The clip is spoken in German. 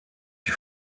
die